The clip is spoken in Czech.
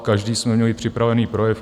Každý jsme měli připravený projev.